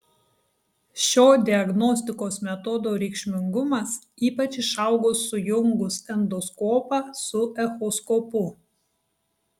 šio diagnostikos metodo reikšmingumas ypač išaugo sujungus endoskopą su echoskopu